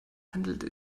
handelt